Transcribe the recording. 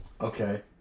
Okay